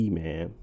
man